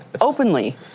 openly